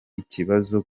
ikibazo